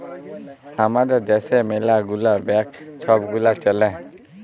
আমাদের দ্যাশে ম্যালা গুলা ব্যাংক ছব গুলা চ্যলে